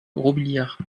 robiliard